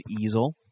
easel